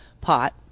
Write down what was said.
pot